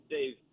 Dave